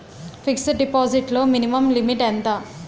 Fixed deposit లో minimum limit ఎంత?